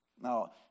Now